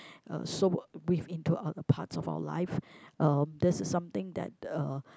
uh so with into a parts of our life uh that's something that uh